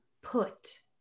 put